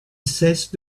cesse